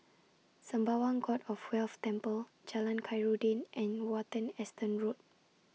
Sembawang God of Wealth Temple Jalan Khairuddin and Watten Estate Road